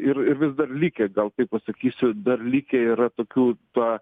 ir ir vis dar likę gal kaip pasakysiu dar likę yra tokių tą